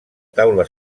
taula